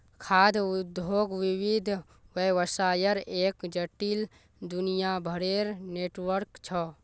खाद्य उद्योग विविध व्यवसायर एक जटिल, दुनियाभरेर नेटवर्क छ